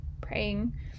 praying